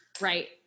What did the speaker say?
Right